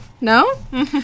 no